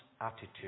attitude